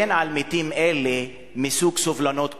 חושב שעלינו כולנו להגן על מתים אלה מסוג סובלנות כזה.